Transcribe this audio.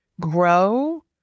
grow